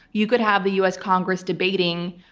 you could have the us congress debating.